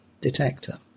detector